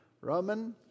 roman